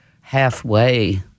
halfway